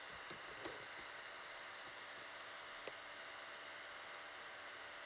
ya